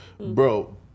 bro